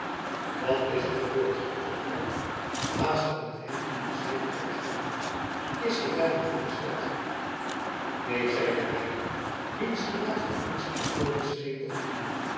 wat is er gebeurd vroeg arkel haastig met hem in een zijvertrek gaande is de vijand in de stad neen zeide reinout wiens gelaat van angst en toorn scheen te gloeien